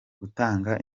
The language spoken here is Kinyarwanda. gutanga